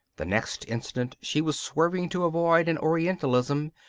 the next instant she was swerving to avoid an orientalism,